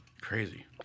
crazy